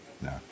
No